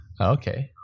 Okay